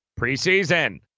preseason